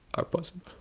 are possible.